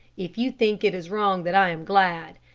if you think it is wrong that i am glad,